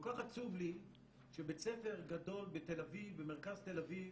כל כך עצוב לי שבית ספר גדול במרכז תל אביב,